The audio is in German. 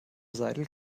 seidel